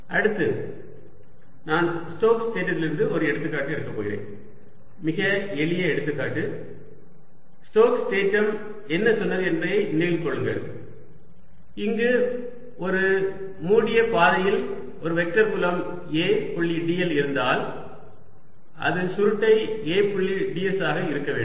Azds∬ L2L2xydxdy|L2∬ L2L2xydxdy|z L20 அடுத்து நான் Stokes தேற்றத்திலிருந்து ஒரு எடுத்துக்காட்டு எடுக்கப் போகிறேன் மிக எளிய எடுத்துக்காட்டு ஸ்டோக்ஸ் தேற்றம் என்ன சொன்னது என்பதை நினைவில் கொள்ளுங்கள் இங்கு மூடிய பாதையில் ஒரு வெக்டர் புலம் A புள்ளி dl இருந்தால் அது சுருட்டை A புள்ளி ds ஆக இருக்க வேண்டும்